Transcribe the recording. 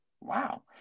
Wow